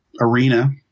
arena